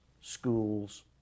schools